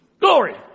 glory